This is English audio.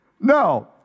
No